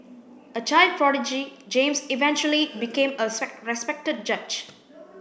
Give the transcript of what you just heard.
a child prodigy James eventually became a respected judge